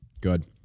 Good